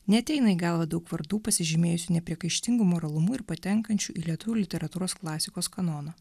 neateina į galvą daug vardų pasižymėjusių nepriekaištingu moralumu ir patenkančių į lietuvių literatūros klasikos kanoną